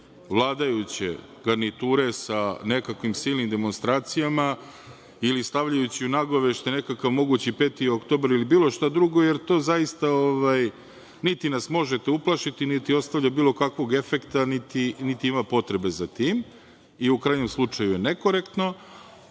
vladajuće garniture sa nekakvim silnim demonstracijama ili stavljajući u nagoveštaj nekakav mogući 5. oktobar ili bilo šta drugo, jer zaista niti nas možete uplašiti niti ostavlja bilo kakvog efekta niti ima potrebe za tim i u krajnjem slučaju je nekorektno,